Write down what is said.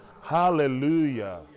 Hallelujah